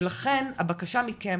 לכן הבקשה מכן